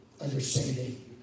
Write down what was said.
understanding